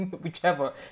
whichever